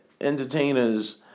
entertainers